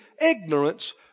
ignorance